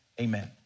amen